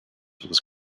was